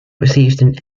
received